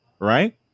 right